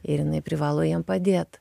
ir jinai privalo jiem padėt